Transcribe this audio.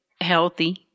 healthy